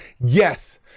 Yes